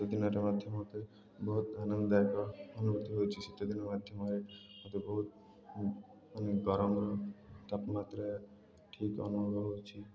ଶୀତ ଦିନରେ ମାଧ୍ୟ ମତେ ବହୁତ ଆନନ୍ଦଦାୟକ ଅନୁଭୂତି ହେଉଛି ଶୀତ ଦିନ ମାଧ୍ୟମରେ ମତେ ବହୁତ ମାନେ ଗରମର ତାପମାତ୍ରା ଠିକ୍ ଅନୁଭବ ହେଉଛି